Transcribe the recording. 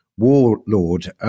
Warlord